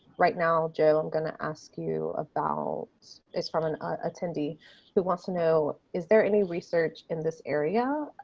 right now, joe i'm going to ask you about is from an ah attendee who wants to know, is there any research in this area,